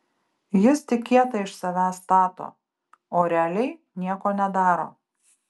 jis tik kietą iš savęs stato o realiai nieko nedaro